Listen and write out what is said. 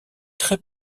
très